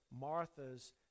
Martha's